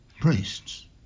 priests